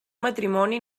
matrimoni